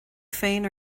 féin